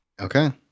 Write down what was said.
Okay